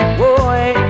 boy